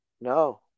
No